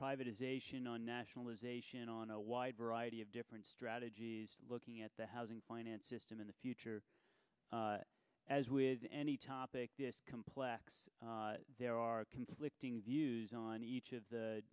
privatization on nationalization on a wide variety of different strategies looking at the housing finance system in the future as with any topic complex there are conflicting views on each of the